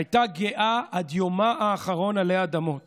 הייתה גאה עד יומה האחרון עלי אדמות